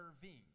serving